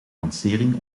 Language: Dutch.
lancering